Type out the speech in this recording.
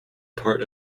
part